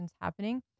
happening